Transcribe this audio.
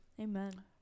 amen